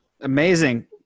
Amazing